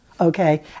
okay